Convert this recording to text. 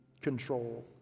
control